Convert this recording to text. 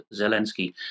Zelensky